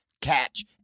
Catch